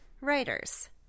Writers